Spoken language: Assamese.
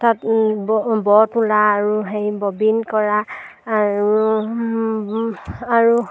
তাঁত ব বতোলা আৰু সেই ববিন কৰা আৰু আৰু